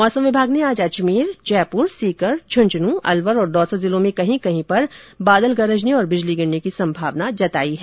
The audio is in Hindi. मौसम विभाग ने आज अजमेर जयपुर सीकर झुन्झुनूं अलवर और दौसा जिलों में कहीं कहीं पर बादल गरजने और बिजली गिरने की संभावना जताई है